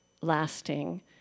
lasting